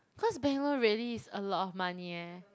cause bank loan really is a lot of money eh